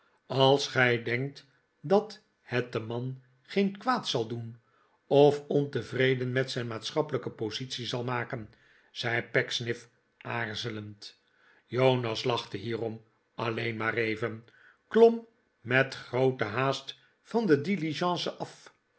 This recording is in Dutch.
als gij denkt dat het den man geen kwaad zal doen of ontevreden met zijn maatschappelijke positie zal maken zei pecksniff aarzelend jonas lachte hierom alleen maar even klom met groote haast van de diligence af